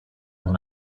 when